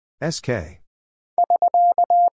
S-K